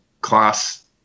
class